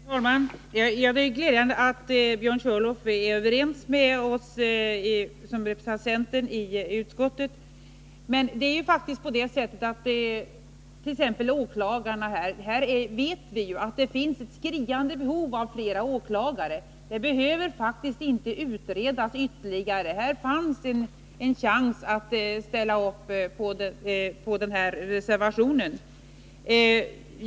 Herr talman! Det är glädjande att Björn Körlof är överens med oss som representerar centern i utskottet. när det gäller åklagarna vet vi ju att det finns ett skriande behov. Det behöver faktiskt inte utredas ytterligare. Här finns en chans att ställa upp för reservationen.